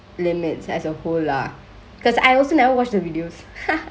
limits as a whole lah because I also never watch the videos